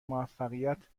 موفقیت